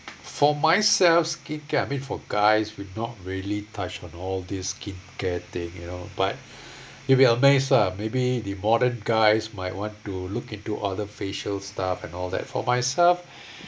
for myself skincare I mean for guys would not really touched on all these skincare things you know but you'll be amazed ah maybe the modern guys might want to look into other facial stuff and all that for myself